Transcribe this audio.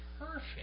perfect